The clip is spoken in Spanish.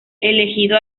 elegido